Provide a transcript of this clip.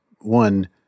One